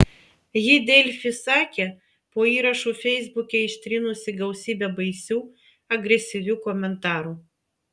ji delfi sakė po įrašu feisbuke ištrynusi gausybę baisių agresyvių komentarų